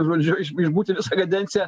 žodžiu išbūti visą kadenciją